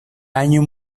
año